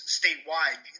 statewide